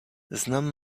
znam